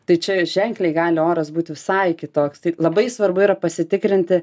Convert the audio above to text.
tai čia ženkliai gali oras būt visai kitoks tai labai svarbu yra pasitikrinti